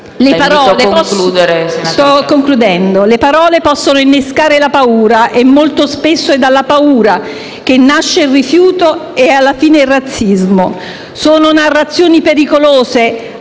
Concludo: le parole possono innescare la paura e molto spesso è dalla paura che nasce il rifiuto e alla fine il razzismo. Sono narrazioni pericolose